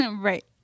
Right